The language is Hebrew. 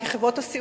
כי חברות הסיעוד,